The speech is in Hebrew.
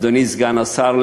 אדוני סגן השר,